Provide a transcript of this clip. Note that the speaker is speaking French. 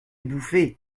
bouffer